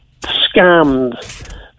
scammed